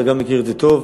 אתה גם מכיר את זה טוב.